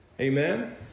Amen